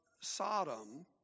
Sodom